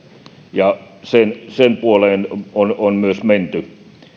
ja sen sen puoleen on on myös menty